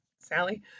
Sally